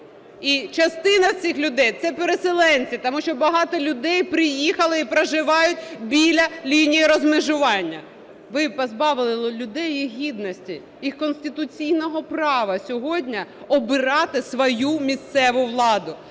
І частина цих людей – це переселенці, тому що багато людей приїхали і проживають біля лінії розмежування. Ви позбавили людей їх гідності, їх конституційного права сьогодні обирати свою місцеву владу.